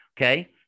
Okay